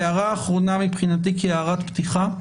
הערה אחרונה מבחינתי כהערת פתיחה.